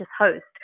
host